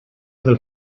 del